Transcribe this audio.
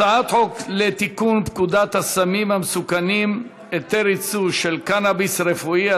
הצעת חוק לתיקון פקודת הסמים המסוכנים (היתר ייצוא של קנאביס רפואי),